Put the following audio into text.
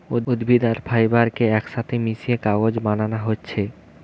উদ্ভিদ আর ফাইবার কে একসাথে মিশিয়ে কাগজ বানানা হচ্ছে